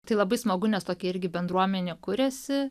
tai labai smagu nes tokia irgi bendruomenė kuriasi